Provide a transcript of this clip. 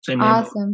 Awesome